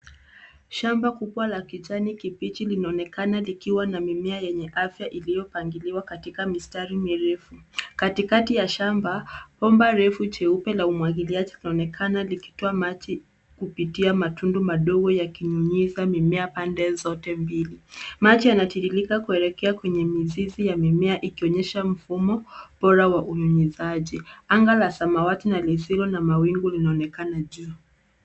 Shamba kubwa la kijani kibichi linaonekana likiwa na mimea yenye afya iliyopangiliwa katika mistari mirefu. Katikati ya shamba, bomba refu jeupe la umwagiliaji linaonekana likitoa maji kupitia matundu madogo yakinyunyiza mimea pande zote mbili. Maji yanatiririka kuelekea kwenye mizizi ya mimea , ikionyesha mfumo bora wa unyunyizaji. Anga la samawati na lisilo na mawingu linaonekana juu.